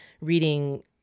reading